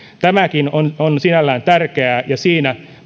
tämäkin on on sinällään tärkeää ja siinä